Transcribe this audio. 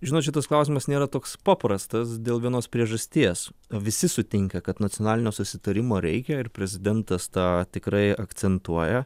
žinot šitas klausimas nėra toks paprastas dėl vienos priežasties visi sutinka kad nacionalinio susitarimo reikia ir prezidentas tą tikrai akcentuoja